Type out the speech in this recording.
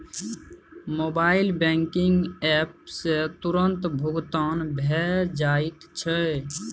mobile banking app सँ तुरतें भुगतान भए जाइत छै